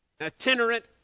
itinerant